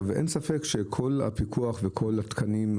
אין ספק שכל הפיקוח וכל התקנים,